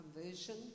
conversion